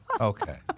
Okay